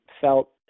felt